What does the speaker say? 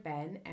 Ben